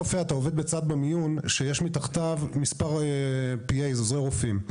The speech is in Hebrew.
רופא עובד במיון ויש מתחתיו כמה עוזרי רופאים.